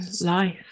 life